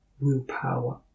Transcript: willpower